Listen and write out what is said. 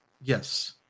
yes